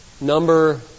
Number